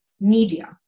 media